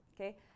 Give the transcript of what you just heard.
okay